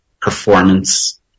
performance